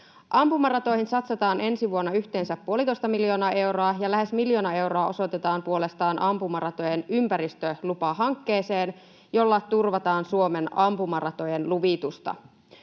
Ampumaratoihin satsataan ensi vuonna yhteensä puolitoista miljoonaa euroa, ja lähes miljoona euroa osoitetaan puolestaan ampumaratojen ympäristölupahankkeeseen, jolla turvataan Suomen ampumaratojen luvitusta.